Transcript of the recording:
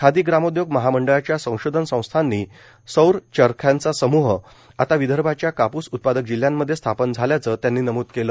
खादी ग्रामोदयोग महामंडळाच्या संशोधन संस्थांनी सौर चरख्यांचा समूह आता विदर्भाच्या कापूस उत्पादक जिल्ह्यांमध्ये स्थापन झाल्याचं त्यांनी नमुद केल